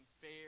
fair